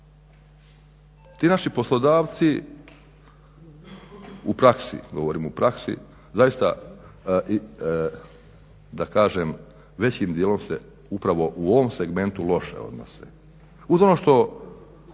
ti naši poslodavci u praksi zaista većim dijelom se upravo u ovom segmentu loše odnose.